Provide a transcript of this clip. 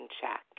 check